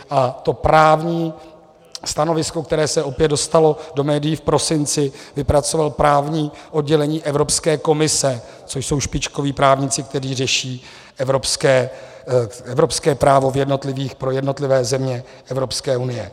A to právní stanovisko, které se opět dostalo do médií v prosinci, vypracovalo právní oddělení Evropské komise, což jsou špičkoví právníci, kteří řeší evropské právo pro jednotlivé země Evropské unie.